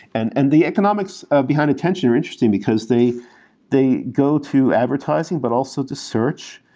and and the economics behind attention are interesting, because they they go to advertising but also to search.